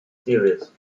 series